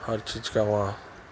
ہر چیز کا وہاں